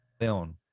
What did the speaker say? Leon